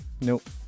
Nope